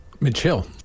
Mitchell